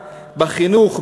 בחינוך,